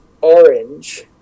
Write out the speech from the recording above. orange